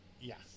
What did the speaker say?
Yes